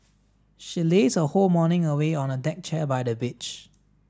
she lazed her whole morning away on a deck chair by the beach